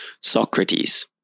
Socrates